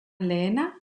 lehena